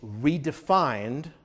redefined